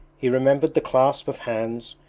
he remembered the clasp of hands,